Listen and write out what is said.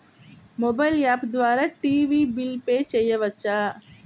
Mobile app ద్వారా TV bill pay చేయవచ్చా?